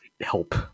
help